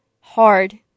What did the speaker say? hard